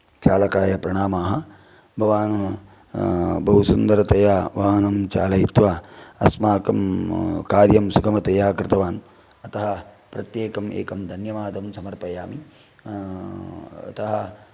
चालकाय प्रणामः भवान् बहु सुन्दरतया वाहनं चालयित्वा अस्माकं कार्यं सुगमतया कृतवान् अतः प्रत्येकम् एकं धन्यवादं समर्पयामि अतः